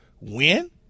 Win